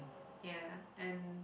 ya and